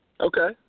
Okay